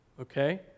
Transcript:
Okay